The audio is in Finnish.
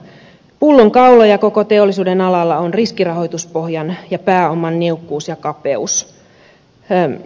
pullonkauloja koko teollisuuden alalla ovat riskirahoituspohjan ja pääoman niukkuus ja kapeus